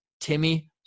Timmy